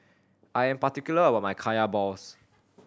I am particular about my Kaya balls